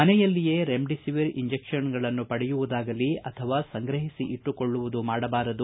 ಮನೆಯಲ್ಲಿಯೇ ರೆಮ್ಹಿಸಿವಿರ್ ಇಂಜಿಕ್ಷನ್ಗಳನ್ನು ಪಡೆಯುವುದಾಗಲೀ ಅಥವಾ ಸಂಗ್ರಹಿಸಿ ಇಟ್ಟುಕೊಳ್ಳುವುದು ಮಾಡಬಾರದು